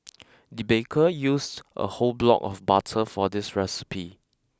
the baker used a whole block of butter for this recipe